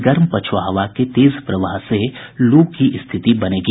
गर्म पछुआ हवा के तेज प्रवाह से लू की स्थिति बनेगी